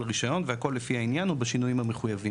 רישיון והכל לפי העניין ובשינויים המחויבים.